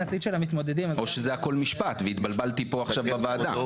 או שזה הכול משפט והתבלבלתי פה עכשיו בוועדה.